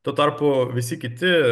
tuo tarpu visi kiti